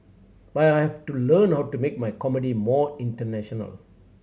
but I have to learn how to make my comedy more international